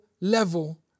level